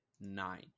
nine